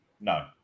No